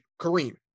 Kareem